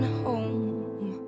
home